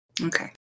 Okay